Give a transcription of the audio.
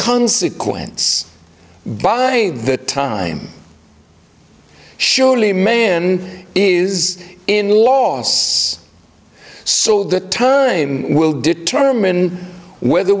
consequence by the time surely man is in loss so the turn aim will determine whether